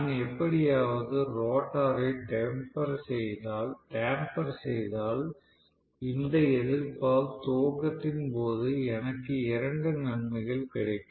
நான் எப்படியாவது ரோட்டரை டெம்பர் செய்தால் இந்த எதிர்ப்பால் துவக்கத்தின் போது எனக்கு இரண்டு நன்மைகள் கிடைக்கும்